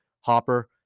Hopper